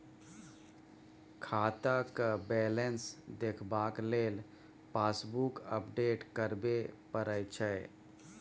खाताक बैलेंस देखबाक लेल पासबुक अपडेट कराबे परय छै